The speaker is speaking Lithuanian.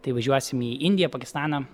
tai važiuosim į indiją pakistaną